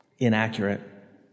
inaccurate